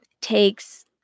takes